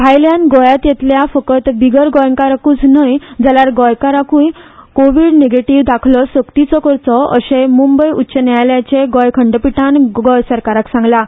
भायल्यान गोंयांत येतल्या फकत बिगर गोंयकारांकूच न्ही जाल्यार गोंयकारांकूय कोव्हीड नेगेटिव्ह दाखलो सक्तीचो करचो अशें मूंबय उच्च न्यायालयाचे गोंय खंडपीठान गोंय सरकाराक सांगलां